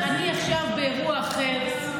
אני עכשיו באירוע אחר,